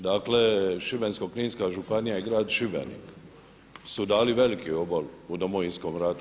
Dakle, Šibensko-kninska županija i grad Šibenik su dali veliki obol u Domovinskom ratu.